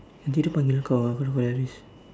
nanti dia panggil kau ah kau kene buat habis